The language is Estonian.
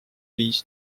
viis